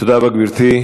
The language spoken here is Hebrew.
תודה רבה, גברתי.